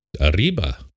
Arriba